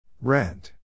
Rent